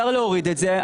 להוריד את זה,